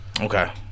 Okay